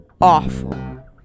awful